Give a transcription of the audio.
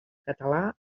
català